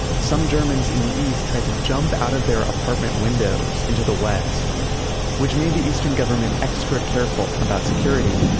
some germans in the east tried to jump out of their apartment windows into the west which made the eastern government extra careful about security.